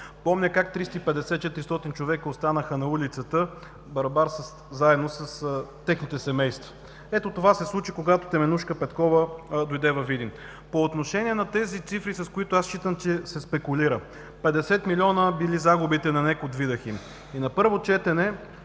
Помня как 350-400 човека останаха на улицата барабар с техните семейства. Ето, това се случи, когато Теменужка Петкова дойде във Видин. По отношение на цифрите считам, че се спекулира. 50 милиона били загубите на НЕК от „Видахим“. На първо четене,